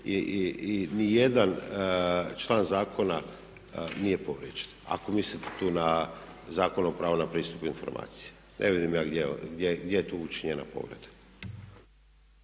i ni jedan član zakona nije povrijeđen, ako mislite tu na Zakon o pravu na pristup informacija. Ne vidim ja gdje je tu učinjena povreda.